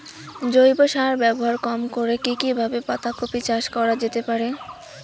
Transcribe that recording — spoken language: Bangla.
জৈব সার ব্যবহার কম করে কি কিভাবে পাতা কপি চাষ করা যেতে পারে?